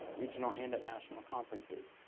regional, and at national conferences.